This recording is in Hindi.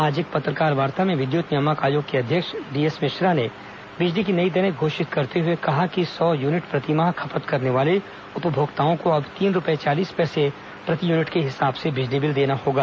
आज एक पत्रकारवार्ता में विद्युत नियामक आयोग के अध्यक्ष डीएस मिश्रा ने बिजली की नई दरें घोषित करते हुए कहा कि सौ यूनिट प्रतिमाह खपत करने वाले उपभोक्ताओं को अब तीन रूपये चालीस पैसे प्रति यूनिट के हिसाब से बिजली बिल देना होगा